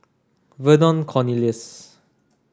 Vernon Cornelius